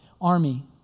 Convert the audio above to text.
army